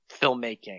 filmmaking